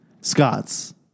Scots